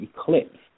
eclipse